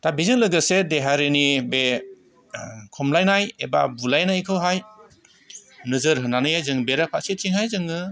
दा बिजों लोगोसे देहायारिनि बे खमलायनाय एबा बुलायनायखौहाय नोजोर होनानैहाय बेराफारसेथिंहाय जोङो